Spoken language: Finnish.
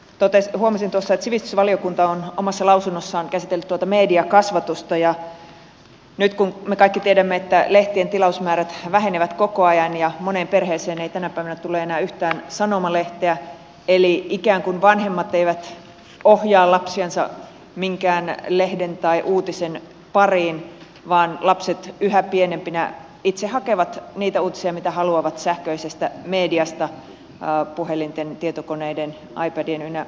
huomasin tuossa että sivistysvaliokunta on omassa lausunnossaan käsitellyt tuota mediakasvatusta ja nyt kun me kaikki tiedämme että lehtien tilausmäärät vähenevät koko ajan ja moneen perheeseen ei tänä päivänä tule enää yhtään sanomalehteä eli ikään kuin vanhemmat eivät ohjaa lapsiansa minkään lehden tai uutisen pariin vaan lapset yhä pienempinä itse hakevat niitä uutisia mitä haluavat sähköisestä mediasta puhelinten tietokoneiden ipadien ynnä muuta